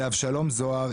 לאבשלום זוהר,